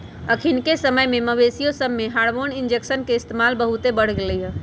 अखनिके समय में मवेशिय सभमें हार्मोन इंजेक्शन के इस्तेमाल बहुते बढ़ गेलइ ह